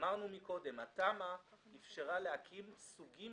אמרנו קודם: התמ"א אפשרה להקים סוגים